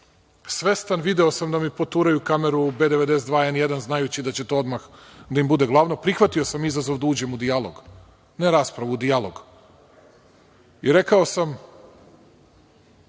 Svestan, video sam da mi poturaju kameru B-92 i N-1, znajući da će to odmah da im bude glavno, prihvatio sam izazov da uđem u dijalog, ne raspravu, u dijalog, i rekao sam,